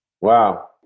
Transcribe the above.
Wow